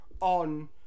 on